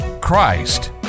Christ